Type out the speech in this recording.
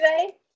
today